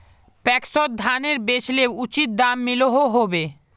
पैक्सोत धानेर बेचले उचित दाम मिलोहो होबे?